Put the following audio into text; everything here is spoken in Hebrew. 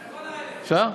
אפשר?